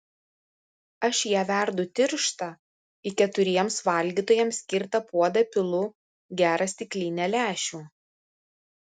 aš ją verdu tirštą į keturiems valgytojams skirtą puodą pilu gerą stiklinę lęšių